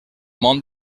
món